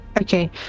Okay